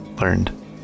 learned